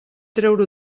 treure